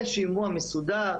יהיה שימוע מסודר,